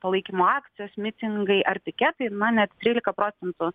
palaikymo akcijos mitingai ar piketai na net trylika procentų